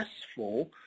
successful